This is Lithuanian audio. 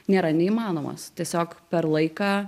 nėra neįmanomas tiesiog per laiką